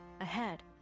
Ahead